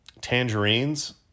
tangerines